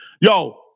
Yo